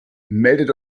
meldet